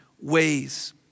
ways